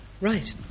Right